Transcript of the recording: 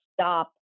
stop